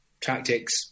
Tactics